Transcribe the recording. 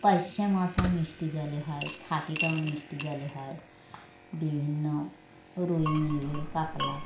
পারশে মাছও মিষ্টি জলে হয় ছাটিটাও মিষ্টি জলে হয় বিভিন্ন রুই মৃগেল কাতলা